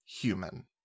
human